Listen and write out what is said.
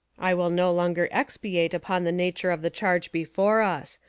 i will no longer expatiate upon the nature of the charge before us.